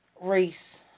race